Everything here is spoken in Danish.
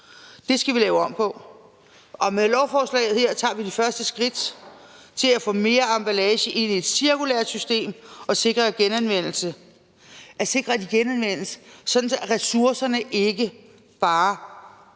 Det skal vi lave om på, og med lovforslaget her tager vi de første skridt til at få mere emballage ind i et cirkulært system og sikre genanvendelse – at sikre, at det genanvendes, så ressourcerne ikke bare